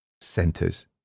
centres